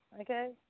Okay